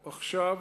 עכשיו,